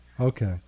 Okay